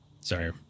Sorry